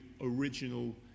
original